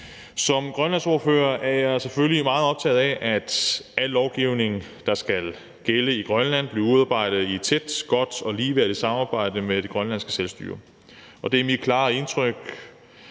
Som grønlandsordfører er jeg selvfølgelig meget optaget af, at al lovgivning, der skal gælde i Grønland, bliver udarbejdet i et tæt, godt og ligeværdigt samarbejde med det grønlandske selvstyre. Og det er mit klare indtryk,